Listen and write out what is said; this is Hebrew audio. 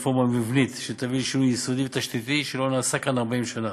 רפורמה מבנית שתביא שינוי יסודי ותשתיתי שלא נעשה כאן 40 שנה,